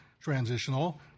transitional